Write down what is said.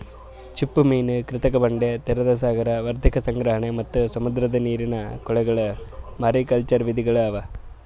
ಚಿಪ್ಪುಮೀನು, ಕೃತಕ ಬಂಡೆ, ತೆರೆದ ಸಾಗರ, ವರ್ಧಿತ ಸಂಗ್ರಹಣೆ ಮತ್ತ್ ಸಮುದ್ರದ ನೀರಿನ ಕೊಳಗೊಳ್ ಮಾರಿಕಲ್ಚರ್ ವಿಧಿಗೊಳ್ ಅವಾ